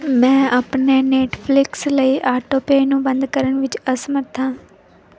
ਮੈਂ ਆਪਣੇ ਨੈੱਟਫ਼ਲਿਕਸ ਲਈ ਆਟੋਪੇਅ ਨੂੰ ਬੰਦ ਕਰਨ ਵਿੱਚ ਅਸਮਰੱਥ ਹਾਂ